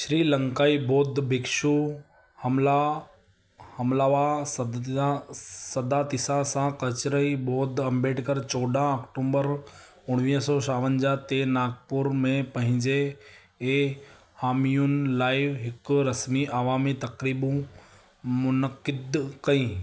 श्रीलंकाई बौद्ध भिक्षु हमला हमलावा सद्दा सद्दातिसा सां कचहरी बौध अम्बेडकर चोॾहं अक्टूबर उणिवीह सौ छावंजाहु ते नागपुर में पंहिंजे ए हामियुनि लाइ हिकु रस्मी अवामी तक़रीबु मुनक़्क़िद कई